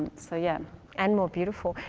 so yeah and more beautiful.